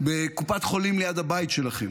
בקופת חולים ליד הבית שלכם